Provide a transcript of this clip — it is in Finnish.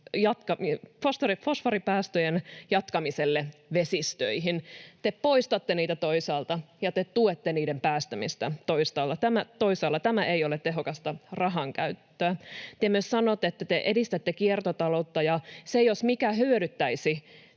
fosforipäästöjen jatkamiselle vesistöihin. Te poistatte niitä toisaalta ja te tuette niiden päästämistä toisaalla. Tämä ei ole tehokasta rahankäyttöä. Te myös sanotte, että te edistätte kiertotaloutta, ja se jos mikä hyödyttäisi